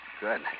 Good